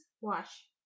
wash